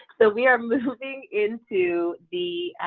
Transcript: so we are moving into the